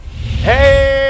Hey